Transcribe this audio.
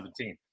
17